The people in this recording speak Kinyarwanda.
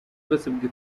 basabwe